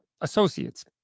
associates